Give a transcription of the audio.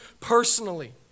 personally